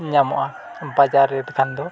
ᱧᱟᱢᱚᱜᱼᱟ ᱵᱟᱡᱟᱨ ᱨᱮ ᱠᱷᱟᱱ ᱫᱚ